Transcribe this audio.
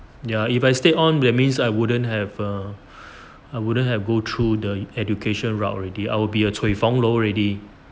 ya if I stay on that means I wouldn't have uh I wouldn't have go through the education route already I will be a cui feng lou already